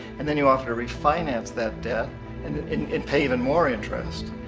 and then you offer to refinance that debt and pay even more interest.